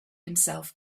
himself